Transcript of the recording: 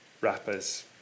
rappers